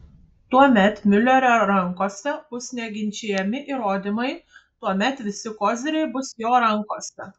tuomet miulerio rankose bus neginčijami įrodymai tuomet visi koziriai bus jo rankose